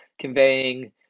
conveying